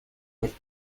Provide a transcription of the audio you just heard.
with